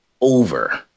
over